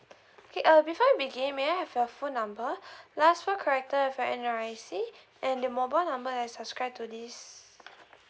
okay uh before we begin may I have your phone number last four character of your N_R_I_C and the mobile number you subscribe to this